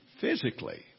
physically